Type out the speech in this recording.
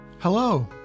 Hello